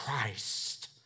Christ